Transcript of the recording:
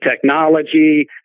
technology